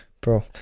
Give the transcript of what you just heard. bro